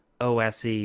OSE